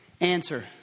Answer